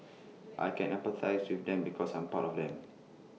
I can empathise with them because I'm part of them